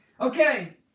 Okay